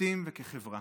כפרטים וכחברה.